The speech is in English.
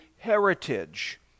heritage